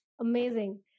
Amazing